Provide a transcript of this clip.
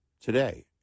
today